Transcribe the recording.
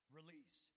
Release